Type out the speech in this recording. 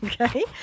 okay